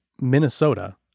Minnesota